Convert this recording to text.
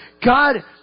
God